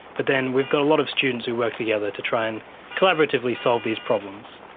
but then we got a lot of students who work together to try and collaboratively solve these problems.